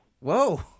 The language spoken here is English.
whoa